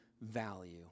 value